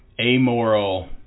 amoral